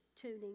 tuning